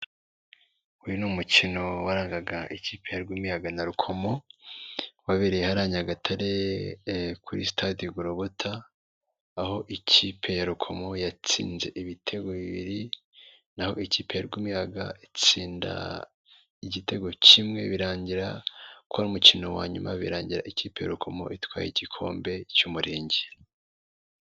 Umukino warangaga ikipe ya Rwimiyaga na Rukomo wabereye hariya Nyagatare kuri Stade i gologota aho ikipe ya Rukomo yatsinze ibitego bibiri naho ikipe ya Rwimiyaga itsinda igitego kimwe birangira kuba umukino wa nyuma birangira ikipe Rukomo itwaye igikombe cy'umurenge.